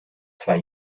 zwei